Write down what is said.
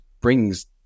brings